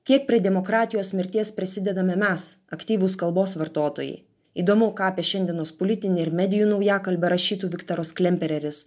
tiek prie demokratijos mirties prisidedame mes aktyvūs kalbos vartotojai įdomu ką apie šiandienos politinį ir medijų naujakalbę rašytų viktoras klempereris